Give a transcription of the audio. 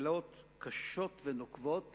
שאלות קשות ונוקבות